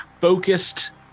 focused